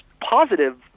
positive